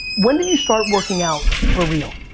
when did you start working out for real?